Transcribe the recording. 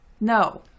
No